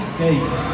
days